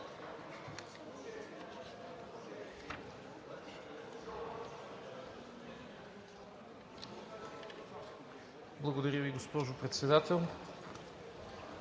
Благодаря Ви, госпожо Председател.